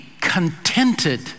contented